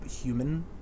human